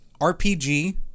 RPG